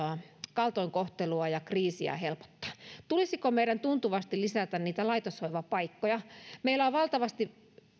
kaltoinkohtelua ja kriisiä helpottaa tulisiko meidän tuntuvasti lisätä niitä laitoshoivapaikkoja meillä on valtavasti